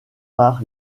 par